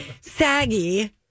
Saggy